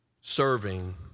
serving